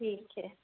ठीक है